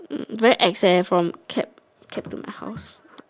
very ex eh for cab cab to my house